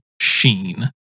sheen